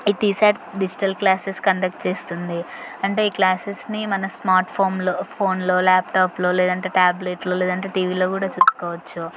ఈ T SAT digital classes conduct చేస్తుంది అంటే ఈ క్లాసెస్ని మన స్మార్ట్ ఫోన్లో ఫోన్లో ల్యాప్ట్యాప్లో లేదంటే ట్యాబ్లెట్లో లేదంటే టీవీలో కూడా చూసుకోవచ్చు